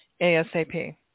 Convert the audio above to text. ASAP